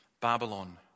Babylon